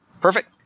Perfect